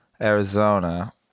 Arizona